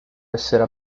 essere